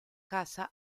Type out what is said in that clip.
casa